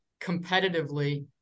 competitively